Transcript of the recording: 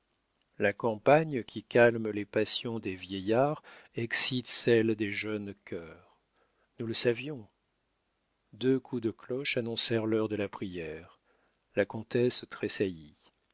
la campagne qui calme les passions des vieillards excite celles des jeunes cœurs nous le savions deux coups de cloche annoncèrent l'heure de la prière la comtesse